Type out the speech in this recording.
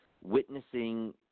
witnessing